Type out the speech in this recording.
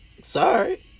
Sorry